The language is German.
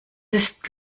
ist